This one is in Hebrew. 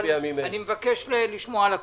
אבל אני מבקש לשמוע על הכול.